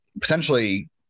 potentially